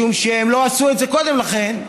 משום שהם לא עשו את זה קודם לכן.